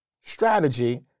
strategy